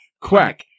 quack